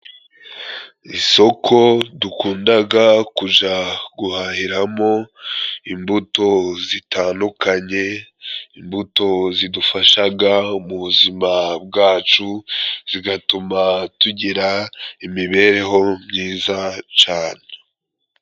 Isoko dukundaga kuza guhahiramo imbuto zitandukanye, imbuto zidufashaga mu buzima bwacu zigatuma tugira imibereho myiza cane.